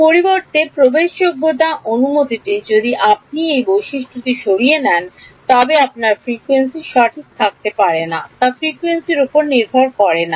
পরিবর্তে প্রবেশযোগ্যতা অনুমতিটি যদি আপনি এই বৈশিষ্ট্যটি সরিয়ে নেন তবে আপনার ফ্রিকোয়েন্সি সঠিক থাকতে পারে না তা ফ্রিকোয়েন্সি উপর নির্ভর করে না